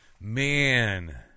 man